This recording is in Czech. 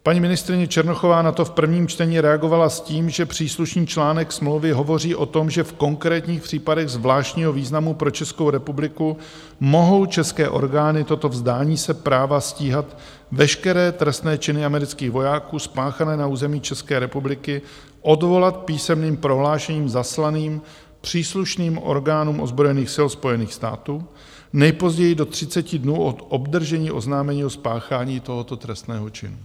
Paní ministryně Černochová na to v prvním čtení reagovala tím, že příslušný článek smlouvy hovoří o tom, že v konkrétních případech zvláštního významu pro Českou republiku mohou české orgány toto vzdání se práva stíhat veškeré trestné činy amerických vojáků spáchané na území České republiky odvolat písemným prohlášením zaslaným příslušným orgánům ozbrojených sil Spojených států, nejpozději do 30 dnů od obdržení oznámení o spáchání tohoto trestného činu.